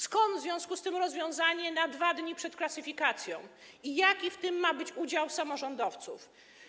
Skąd w związku z tym rozwiązanie na 2 dni przed klasyfikacją i jaki ma być w tym udział samorządowców?